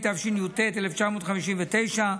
התשי"ט 1959,